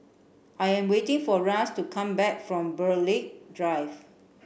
I am waiting for Ras to come back from Burghley Drive